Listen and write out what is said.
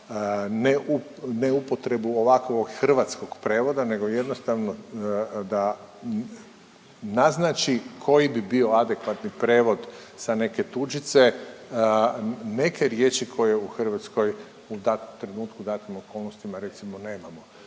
neupotrebu ovakvog hrvatskog prevoda, nego jednostavno da naznači koji bi bio adekvatni prevod sa neke tuđice, neke riječi koje u Hrvatskoj u takvom trenutku u datim okolnostima, recimo, nemamo.